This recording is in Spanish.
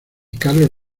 carlos